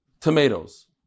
tomatoes